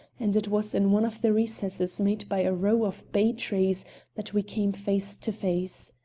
and it was in one of the recesses made by a row of bay trees that we came face to face.